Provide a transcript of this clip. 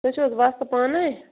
تُہۍ چھُو حظ وستہٕ پانَے